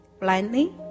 blindly